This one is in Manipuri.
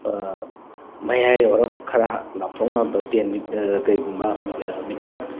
ꯃꯌꯥꯏ ꯑꯣꯏꯔꯞ ꯈꯔ ꯂꯥꯞꯊꯣꯛꯅ ꯇꯦꯟ ꯀꯩꯒꯨꯝꯕ ꯃꯤꯇꯔ